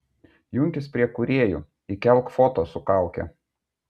junkis prie kūrėjų įkelk foto su kauke